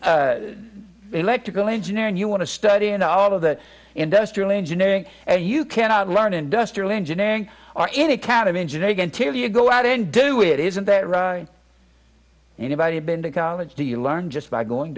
all the electrical engineering you want to study and all of the industrial engineering and you cannot learn industrial engineering or any account of engineering until you go out and do it isn't there anybody been to college do you learn just by going